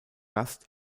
gast